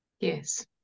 Yes